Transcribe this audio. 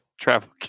Travel